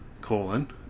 colon